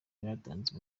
batanze